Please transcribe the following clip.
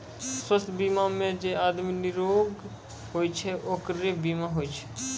स्वास्थ बीमा मे जे आदमी निरोग होय छै ओकरे बीमा होय छै